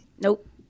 Nope